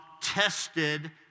tested